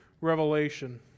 revelation